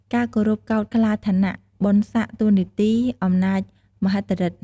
ការគោរពកោតខ្លាចឋានៈ បុណ្យសក្តិ តួនាទី អំណាចមហិទ្ធិឬទ្ធ។